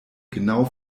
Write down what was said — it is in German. genau